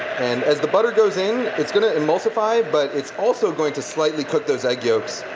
and as the butter goes in it's going to emulsify, but it's also going to slightly cook those egg yolks,